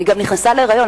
היא גם נכנסה להיריון.